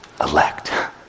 elect